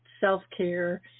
self-care